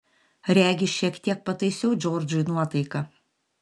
regis šiek tiek pataisiau džordžui nuotaiką